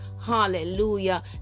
hallelujah